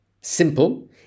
simple